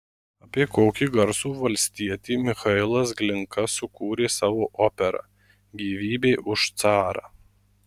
apie kokį garsų valstietį michailas glinka sukūrė savo operą gyvybė už carą